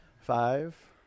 Five